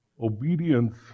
Obedience